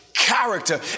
Character